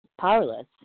powerless